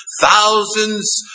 Thousands